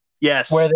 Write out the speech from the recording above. Yes